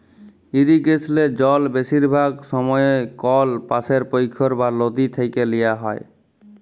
ইরিগেসলে জল বেশিরভাগ সময়ই কল পাশের পখ্ইর বা লদী থ্যাইকে লিয়া হ্যয়